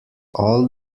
all